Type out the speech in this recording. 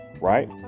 right